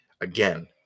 again